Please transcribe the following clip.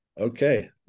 okay